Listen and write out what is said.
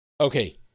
Okay